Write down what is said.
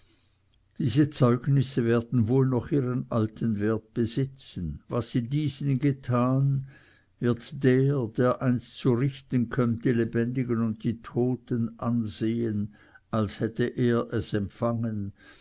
diese zeugnisse werden wohl noch ihren alten wert besitzen was sie diesen getan wird der der einst zu richten kömmt die lebendigen und die toten ansehen als hätte er es empfangen